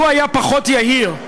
לו היה פחות יהיר,